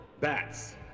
bats